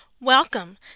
Welcome